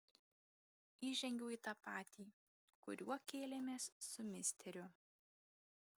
įžengiau į tą patį kuriuo kėlėmės su misteriu